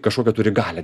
kažkokią turi galią